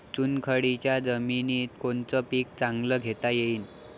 चुनखडीच्या जमीनीत कोनतं पीक चांगलं घेता येईन?